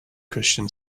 christian